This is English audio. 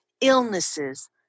illnesses